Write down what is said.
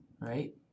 right